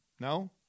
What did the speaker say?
No